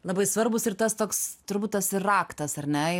labai svarbūs ir tas toks turbūt tas ir raktas ar ne